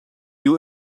you